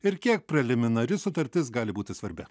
ir kiek preliminari sutartis gali būti svarbi